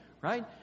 Right